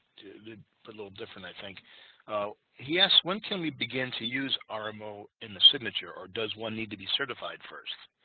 but little different i think yes, when can we begin to use our mo in the signature or does one need to be certified first?